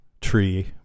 tree